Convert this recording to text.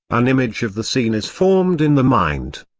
an image of the scene is formed in the mind.